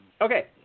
Okay